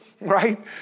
right